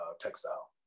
textile